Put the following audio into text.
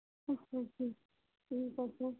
ਅੱਛਾ ਜੀ ਠੀਕ ਆ ਸਰ